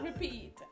Repeat